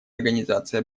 организации